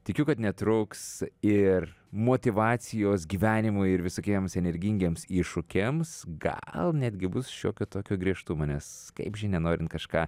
tikiu kad netrūks ir motyvacijos gyvenimui ir visokiems energingiems iššūkiams gal netgi bus šiokio tokio griežtumo nes kaip žinia norint kažką